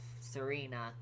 Serena